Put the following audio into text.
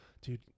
Dude